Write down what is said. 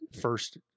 first